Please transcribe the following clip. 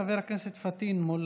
חבר הכנסת פטין מולא,